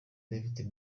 david